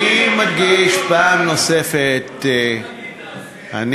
אני מדגיש פעם נוספת, מה תגיד אז?